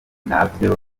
navyo